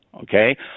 okay